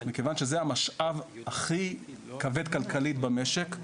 מכיוון שזה המשאב הכי כבד כלכלית במשק,